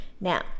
Now